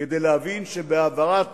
כדי להבין שבהעברת